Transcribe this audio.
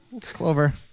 Clover